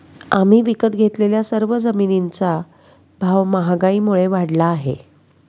आम्ही विकत घेतलेल्या सर्व जमिनींचा भाव महागाईमुळे वाढला आहे